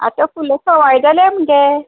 आतां फुलां सोवाय जाल्यां मगे